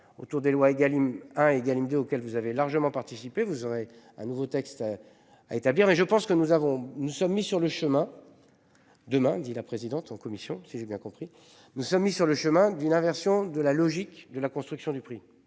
autour des lois Egalim 1 1, égal M2 auquel vous avez largement participé. Vous aurez un nouveau texte. À établir mais je pense que nous avons, nous sommes mis sur le chemin. Demain, dit la présidente en commission si j'ai bien compris, nous sommes mis sur le chemin d'une inversion de la logique de la construction du prix,